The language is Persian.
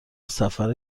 سفر